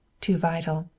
too vital.